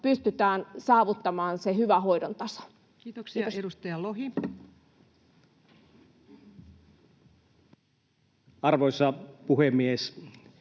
pystytään saavuttamaan se hyvä hoidon taso? Kiitoksia. — Edustaja Lohi. Arvoisa puhemies!